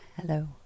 Hello